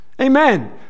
Amen